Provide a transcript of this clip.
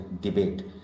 debate